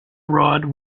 rod